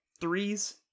threes